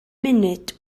munud